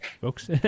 folks